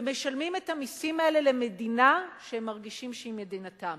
ומשלמים את המסים האלה למדינה שהם מרגישים שהיא מדינתם.